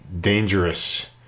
dangerous